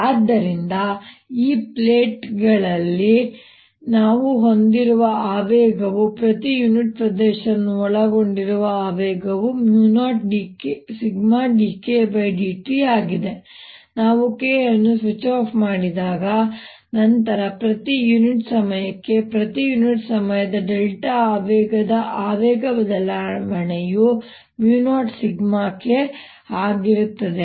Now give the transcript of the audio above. ಆದ್ದರಿಂದ ಈ ಪ್ಲೇಟ್ಗಳಲ್ಲಿ ನಾವು ಹೊಂದಿರುವ ಆವೇಗವು ಪ್ರತಿ ಯೂನಿಟ್ ಪ್ರದೇಶವನ್ನು ಒಳಗೊಂಡಿರುವ ಆವೇಗವು 0σdKdt ಆಗಿದೆ ಮತ್ತು ನಾವು K ಅನ್ನು ಸ್ವಿಚ್ ಆಫ್ ಮಾಡಿದಾಗ ನಂತರ ಪ್ರತಿ ಯೂನಿಟ್ ಸಮಯಕ್ಕೆ ಪ್ರತಿ ಯೂನಿಟ್ ಸಮಯದ ಡೆಲ್ಟಾ ಆವೇಗದ ಆವೇಗ ಬದಲಾವಣೆಯು 0σK ಆಗಿರುತ್ತದೆ